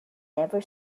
never